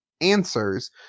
Answers